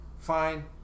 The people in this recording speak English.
Fine